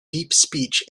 deepspeech